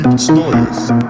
Stories